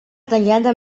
tallada